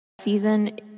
season